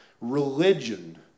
Religion